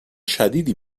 شدیدی